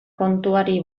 kontuari